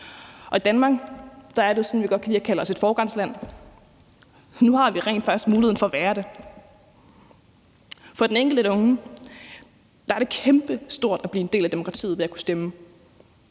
og i Danmark er det jo sådan, at vi godt kan lide at kalde os et foregangsland. Nu har vi rent faktisk muligheden for at være det. For den enkelte unge er det kæmpestort at blive en del af demokratiet ved at kunne stemme.